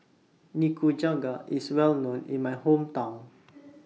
Nikujaga IS Well known in My Hometown